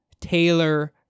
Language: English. Taylor